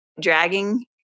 dragging